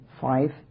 five